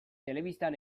telebistan